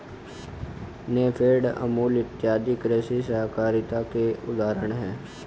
नेफेड, अमूल इत्यादि कृषि सहकारिता के उदाहरण हैं